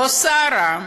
לא סערה,